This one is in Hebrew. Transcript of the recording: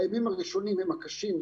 הימים הראשונים הם הקשים,